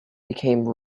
became